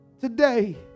today